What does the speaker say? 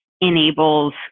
enables